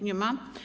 Nie ma.